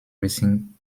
racing